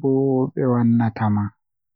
bo be wannama.